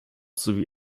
sowie